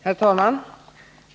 Herr talman!